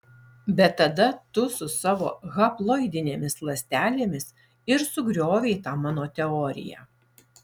bet tada tu su savo haploidinėmis ląstelėmis ir sugriovei tą mano teoriją